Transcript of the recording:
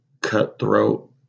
cutthroat